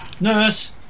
Nurse